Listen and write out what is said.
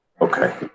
Okay